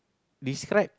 describe